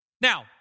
Now